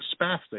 spastic